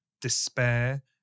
despair